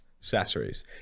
Accessories